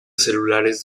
celulares